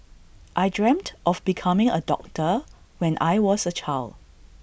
I dreamt of becoming A doctor when I was A child